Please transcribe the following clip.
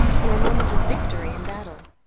or a moment of victory in battle.